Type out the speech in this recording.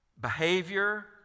behavior